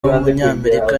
w’umunyamerika